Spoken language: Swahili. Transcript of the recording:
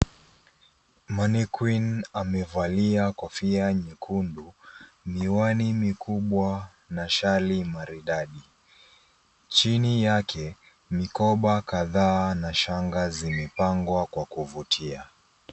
Mannequin , amevalia kofia nyekundu, miwani mikubwa, na shali maridadi. Chini yake, mikoba, kadhaa na shanga zimepangwa kwa kuvutia.